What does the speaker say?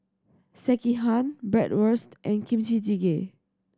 Sekihan Bratwurst and Kimchi Jjigae